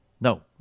No